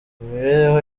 imibereho